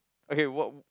okay what w~